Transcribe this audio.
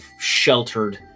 sheltered